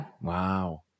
Wow